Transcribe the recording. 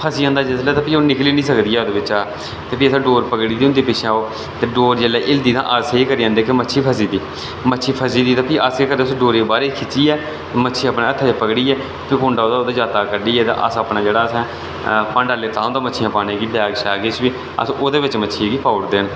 फसी जंदा जिसलै ते ओह् निकली निं सकदी ऐ उस्सै बिच्चा ते भी असें डोर पकड़ी दी होंदी ऐ ओह् ते डोर जेल्लै हिलदि ते अस सेही करी जंदे हे की मच्छी फसी दी होंदी ते मच्छी फसी दी ते भी अस केह् करदे की डोरा खिच्चियै मच्छी अपने हत्थै च फगड़ियै ते कुंडा जेह्ड़ा ओह्दे जाता बिच्चा कड्ढियै भांडा लैते दा होंदा बाग किश बी ते ओह्दे बिच मच्छियै गी पाई ओड़दे न